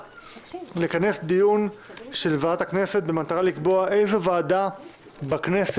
לכנס דיון של ועדת הכנסת במטרה לקבוע איזו ועדה בכנסת